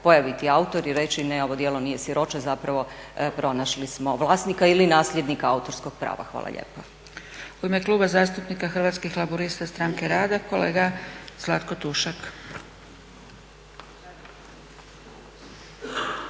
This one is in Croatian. pojaviti autor i reći ne ovo djelo nije siroče, zapravo pronašli smo vlasnika ili nasljednika autorskog prava. Hvala lijepa. **Zgrebec, Dragica (SDP)** U ime Kluba zastupnika Hrvatskih laburista-Stranke rada kolega Zlatko Tušak.